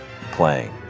playing